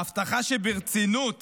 ההבטחה שברצינות